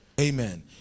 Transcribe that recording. amen